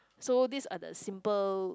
so these are the simple